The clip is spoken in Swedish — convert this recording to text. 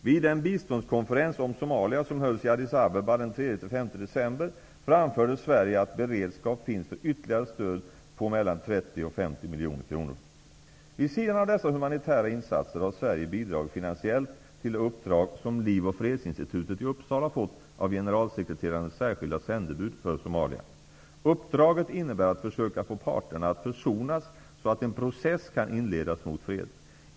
Vid den biståndskonferens om december, framförde Sverige att beredskap finns för ytterligare stöd på mellan 30 och 50 miljoner kronor. Vid sidan av dessa humanitära insatser har Sverige bidragit finansiellt till det uppdrag som Liv och Fredsinstitutet i Uppsala fått av generalsekreterarens särskilda sändebud för Somalia. Uppdraget innebär att försöka få parterna att försonas så att en process kan inledas mot fred.